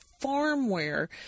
farmware